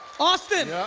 austin!